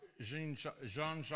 Jean-Jacques